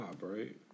right